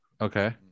Okay